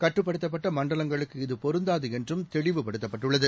கட்டுப்படுத்தப்பட்டமண்டலங்களுக்கு இது பொருந்தாதுஎன்றும் தெளிவுபடுத்தப்பட்டுள்ளது